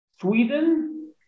Sweden